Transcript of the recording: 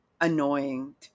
annoying